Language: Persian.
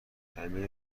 همه